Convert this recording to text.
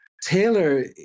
Taylor